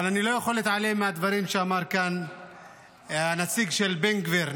אבל אני לא יכול להתעלם מהדברים שאמר כאן הנציג של בן גביר,